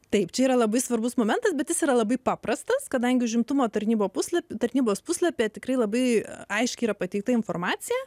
taip čia yra labai svarbus momentas bet jis yra labai paprastas kadangi užimtumo tarnyba puslapyje tarnybos puslapyje tikrai labai aiškiai yra pateikta informacija